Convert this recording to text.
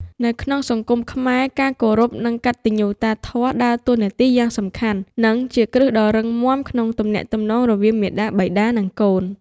នៅក្នុងសង្គមខ្មែរ ការគោរព និងកតញ្ញុតាធម៌ ដើរតួនាទីយ៉ាងសំខាន់ និងជាគ្រឹះដ៏រឹងមាំក្នុងទំនាក់ទំនងរវាងមាតាបិតា និងកូន។